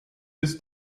ist